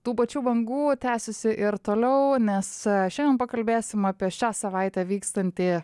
tų pačių bangų tęsiasi ir toliau nes šiandien pakalbėsim apie šią savaitę vykstantį